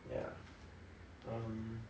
ya um